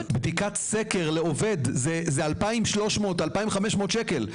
בדיקת סקר לעובד זה 2,300 2,500 שקל.